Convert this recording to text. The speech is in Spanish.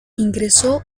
ingresó